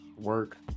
work